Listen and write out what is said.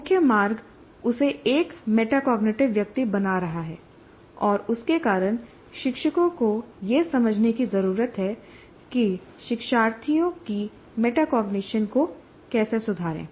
मुख्य मार्ग उसे एक मेटाकॉग्निटिव व्यक्ति बना रहा है और उसके कारण शिक्षकों को यह समझने की जरूरत है कि शिक्षार्थियों की मेटाकॉग्निशन को कैसे सुधारें